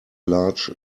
large